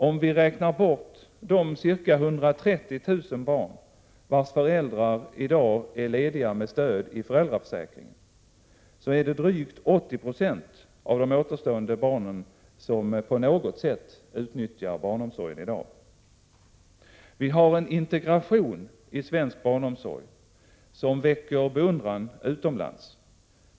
Om vi räknar bort de ca 130 000 barn vars föräldrar i dag är lediga med stöd av föräldraförsäkringen är det drygt 80 90 av de återstående barnen som på något sätt utnyttjar barnomsorgen. Vi har en integration i svensk barnomsorg som väcker beundran utomlands.